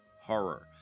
horror